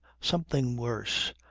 something worse.